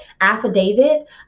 affidavit